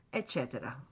eccetera